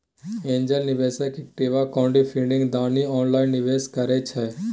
angel निवेशक equity crowdfunding दनी online निवेशो करइ छइ